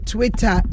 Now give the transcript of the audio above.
Twitter